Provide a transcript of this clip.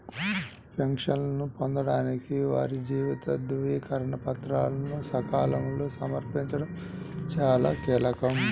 పెన్షన్ను పొందడానికి వారి జీవిత ధృవీకరణ పత్రాలను సకాలంలో సమర్పించడం చాలా కీలకం